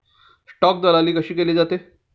Stock दलाली कशी केली जाते?